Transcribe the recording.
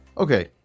Okay